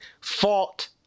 fought